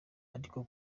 ariko